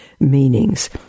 Meanings